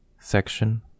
Section